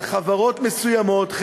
על חברות מסוימות,